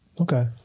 Okay